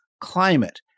climate